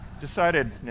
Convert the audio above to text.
decided